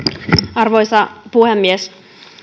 arvoisa puhemies